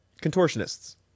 contortionists